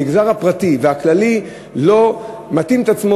המגזר הפרטי והכללי לא מתאים את עצמו